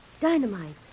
dynamite